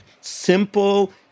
Simple